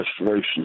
restoration